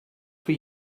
for